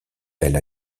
elle